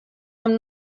amb